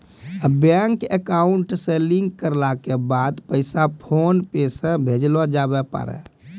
bank account से link करला के बाद पैसा फोनपे से भेजलो जावै पारै